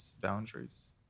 boundaries